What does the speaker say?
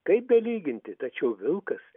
kaip beliginti tačiau vilkas